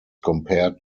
compared